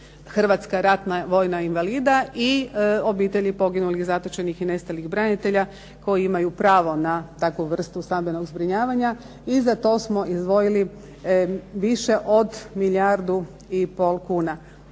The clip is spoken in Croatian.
hrvatska ratna vojna invalida i obitelji poginulih, zatočenih i nestalih branitelja koji imaju pravo na takvu vrstu stambenog zbrinjavanja. I za to smo izdvojili više od milijardu i pol kuna.